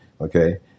Okay